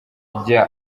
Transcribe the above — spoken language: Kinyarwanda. jya